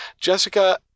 jessica